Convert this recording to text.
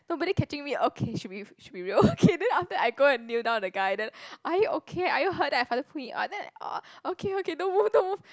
nobody catching me okay should be should be real okay then after that I go and kneel down the guy then are you okay are you hurt then I faster pull him up then ah okay okay don't move don't move